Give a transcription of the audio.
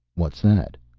what's that?